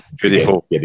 Beautiful